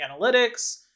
analytics